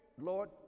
Lord